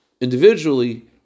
individually